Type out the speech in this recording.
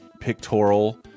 pictorial